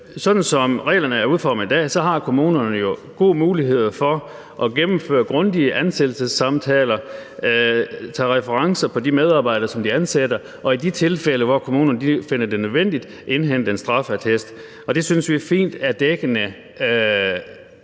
sådan som reglerne er udformet i dag, har kommunerne gode muligheder for at gennemføre grundige ansættelsessamtaler, indhente referencer for de medarbejdere, som de ansætter, og i de tilfælde, hvor kommunerne finder det nødvendigt, at indhente en straffeattest. Det synes vi fint dækker